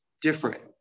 different